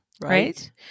Right